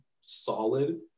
solid